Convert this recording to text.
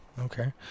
okay